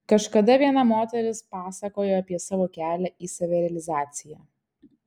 kažkada viena moteris pasakojo apie savo kelią į savirealizaciją